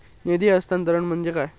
निधी हस्तांतरण म्हणजे काय?